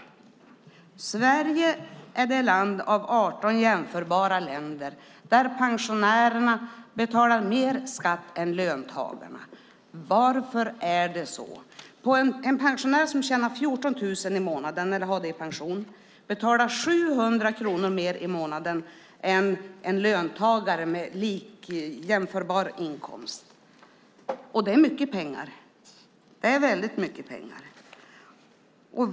Sverige är bland 18 jämförbara länder det enda land där pensionärerna betalar mer i skatt än löntagarna. Varför är det så? En pensionär som får 14 000 i månaden i pension betalar 700 kronor mer i månaden än en löntagare med jämförbar inkomst. Det är mycket pengar.